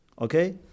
Okay